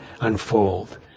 unfold